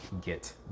get